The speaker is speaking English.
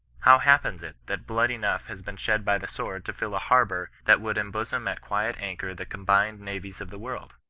how happens it that blood enough has been shed by the sword to fill a harbour that would em bosom at quiet anchor the combined navies of the world?